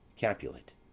Capulet